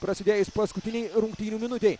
prasidėjus paskutinei rungtynių minutei